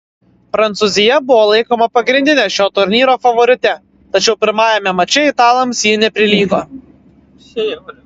prancūzija buvo laikoma pagrindine šio turnyro favorite tačiau pirmajame mače italams ji neprilygo